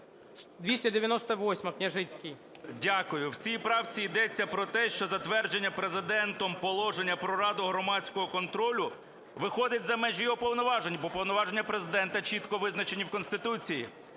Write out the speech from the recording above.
КНЯЖИЦЬКИЙ М.Л. Дякую. В цій правці йдеться про те, що затвердження Президентом Положення про Раду громадського контролю виходить за межі його повноважень, бо повноваження Президента чітко визначені в Конституції.